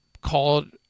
called